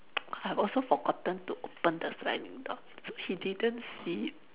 I also forgotten to open the sliding door so he didn't see it